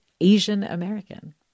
Asian-American